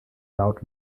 laut